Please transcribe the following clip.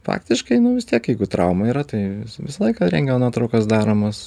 faktiškai nu vis tiek jeigu traumų yra tai visą laiką rentgeno nuotraukos daromos